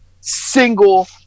single